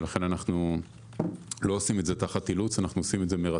לכן, אנחנו לא עושים את תחת אילוץ אלא מרצון.